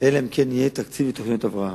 אלא אם כן יהיה תקציב לתוכנית הבראה.